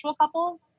couples